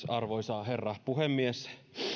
arvoisa herra puhemies